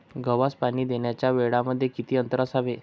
गव्हास पाणी देण्याच्या वेळांमध्ये किती अंतर असावे?